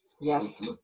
Yes